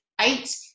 eight